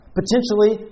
potentially